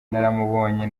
naramubonye